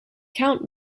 count